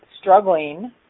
struggling